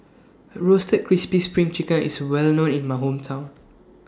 Roasted Crispy SPRING Chicken IS Well known in My Hometown